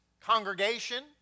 congregation